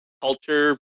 culture